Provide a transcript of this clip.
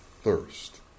thirst